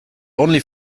only